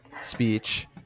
speech